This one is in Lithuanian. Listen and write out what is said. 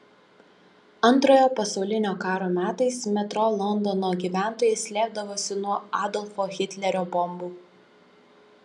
antrojo pasaulinio karo metais metro londono gyventojai slėpdavosi nuo adolfo hitlerio bombų